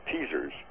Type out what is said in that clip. teasers